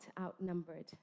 outnumbered